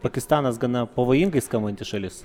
pakistanas gana pavojingai skambanti šalis